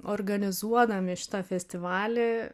organizuodami šitą festivalį